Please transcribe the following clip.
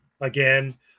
Again